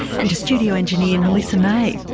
and to studio engineer melissa may